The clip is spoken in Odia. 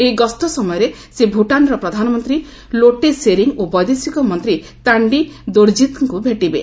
ଏହି ଗସ୍ତ ସମୟରେ ସେ ଭୁଟାନର ପ୍ରଧାନମନ୍ତ୍ରୀ ଲୋଟେ ସେରିଙ୍ଗ୍ ଓ ବୈଦେଶିକ ମନ୍ତ୍ରୀ ତାଣ୍ଡି ଦୋରଜିତ୍ଙ୍କୁ ଭେଟିବେ